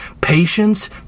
patience